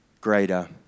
greater